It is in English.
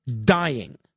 dying